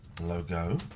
logo